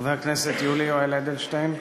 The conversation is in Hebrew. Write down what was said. חבר הכנסת יולי יואל אדלשטיין,